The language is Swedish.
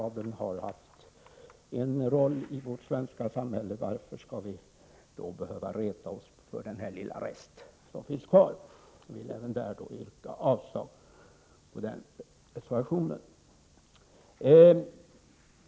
Adeln har spelat en roll i vårt svenska samhälle. Varför skall vi då behöva reta oss på denna lilla rest som finns kvar? Jag vill med detta yrka avslag på reservation 3.